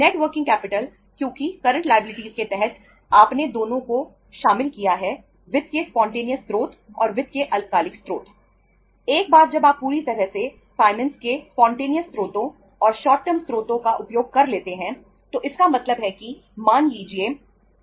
net working capital क्योंकि current liability के लिए हमें 100 रुपए चाहिए और हमारे पास कुल मिलाकर स्पॉन्टेनियस फाइनेंस के साथ साथ शॉर्ट टर्म फाइनेंस के 80 रुपये उपलब्ध है